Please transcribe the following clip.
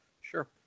Sure